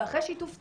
אחרי שיתוף ציבור,